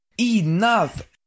Enough